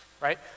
right